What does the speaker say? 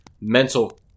mental